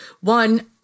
one